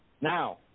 Now